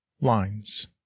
lines